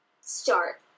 start